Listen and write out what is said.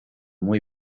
muy